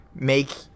make